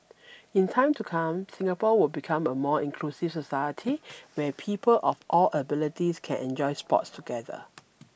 in time to come Singapore will become a more inclusive society where people of all abilities can enjoy sports together